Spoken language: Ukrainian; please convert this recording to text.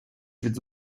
від